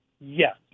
Yes